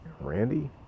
Randy